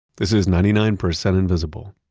this is ninety nine percent invisible.